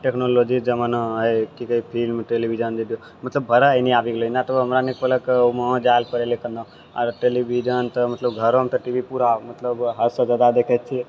टेक्नोलोजीके जमाना एहि कि कहै फिल्म टेलिविजन मतलब बड़ा एनि आबि गेलै नहि तऽ ओ हमरा नी पहलुक वहाँ जाइले पड़ै रहै केन आब तऽ टेलिविजन तऽ मतलब घरोमे पूरा मतलब हदसँ जादा देखै छियै